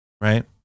right